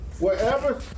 Wherever